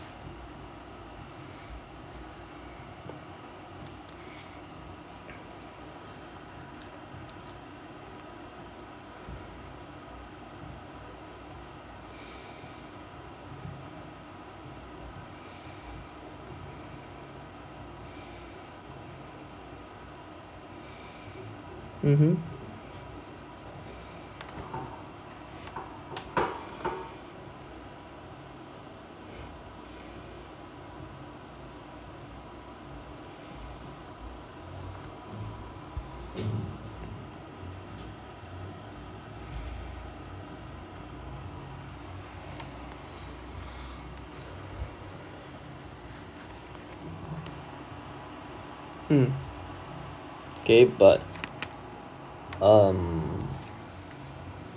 mmhmm mm okay but um